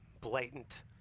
blatant